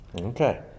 Okay